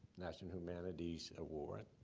national humanities award.